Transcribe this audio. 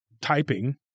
typing